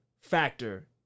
factor